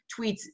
tweets